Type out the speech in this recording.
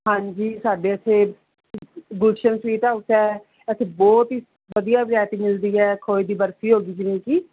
ਹਾਂਜੀ ਸਾਡੇ ਇੱਥੇ ਗੁਲਸ਼ਨ ਸਵੀਟ ਹਾਊਸ ਹੈ ਇੱਥੇ ਬਹੁਤ ਹੀ ਵਧੀਆ ਵਰਾਈਟੀ ਮਿਲਦੀ ਹੈ ਖੋਏ ਦੀ ਬਰਫੀ ਹੋ ਗਈ ਜਿਵੇਂ ਕਿ